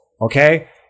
okay